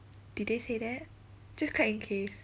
did they say that just clap in case